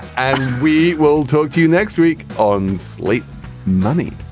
and we will talk to you next week on slate money